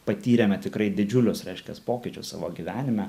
patyrėme tikrai didžiulius reiškias pokyčius savo gyvenime